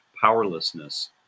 powerlessness